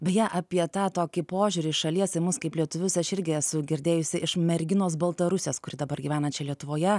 beje apie tą tokį požiūrį iš šalies į mus kaip lietuvius aš irgi esu girdėjusi iš merginos baltarusės kuri dabar gyvenana čia lietuvoje